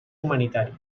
humanitària